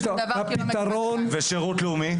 הפתרון --- ושירות לאומי?